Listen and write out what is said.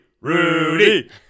Rudy